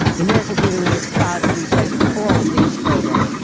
the american theatre wing is proud to present all of these programs.